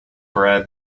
bread